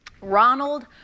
Ronald